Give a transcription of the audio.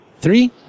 Three